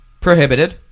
prohibited